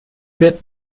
wird